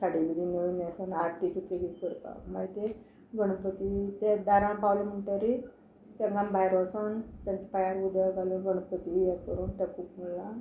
साडी बिडी नवी न्हेसून आरती बिरती करपा मागीर तीं गणपती ते दारां पावले म्हणटरीर तेंकां आमी भायर वचोन तेंच्या पांयांर उदक घालून गणपती हें करून तेका हळद कुकूम लावन